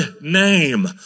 name